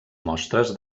mostres